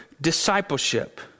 discipleship